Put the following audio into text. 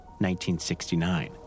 1969